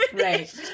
right